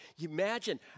Imagine